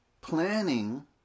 planning